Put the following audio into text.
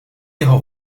jeho